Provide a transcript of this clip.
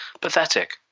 pathetic